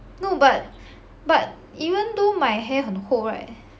no but but even though my hair 很厚 right